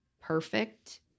perfect